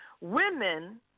women